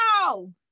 no